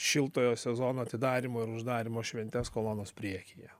šiltojo sezono atidarymo ir uždarymo šventes kolonos priekyje